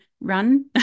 run